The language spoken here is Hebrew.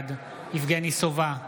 בעד יבגני סובה,